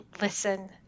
listen